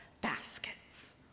baskets